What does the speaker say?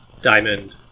diamond